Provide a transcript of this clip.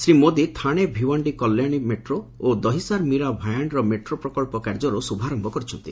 Shri Modi Thane Bhiwandi Kalyani metro ଓ Dahisar Mira Bhayandar metro ପ୍ରକଳ୍ପ କାର୍ଯ୍ୟର ଶୁଭାରନ୍ତ କରିଛନ୍ତି